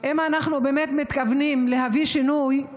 שאם אנחנו באמת מתכוונים להביא שינוי,